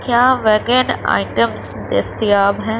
کیا vegan items دستیاب ہیں